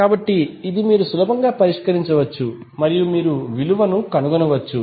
కాబట్టి ఇది మీరు సులభంగా పరిష్కరించవచ్చు మరియు విలువను కనుగొనవచ్చు